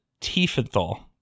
Tiefenthal